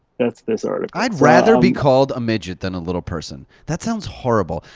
that's this article. i'd rather be called a midget than a little person. that sounds horrible.